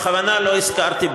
--- בכוונה לא הזכרתי.